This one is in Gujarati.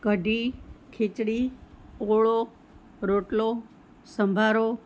કઢી ખીચડી ઓળો રોટલો સંભારો